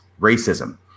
racism